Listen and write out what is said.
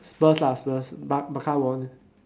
spurs lah spurs bar~ barca won